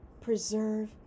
preserve